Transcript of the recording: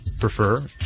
prefer